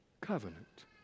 Covenant